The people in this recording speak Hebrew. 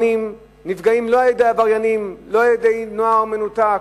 נפגעים לא על-ידי עבריינים, לא על-ידי נוער מנותק,